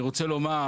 אני רוצה לומר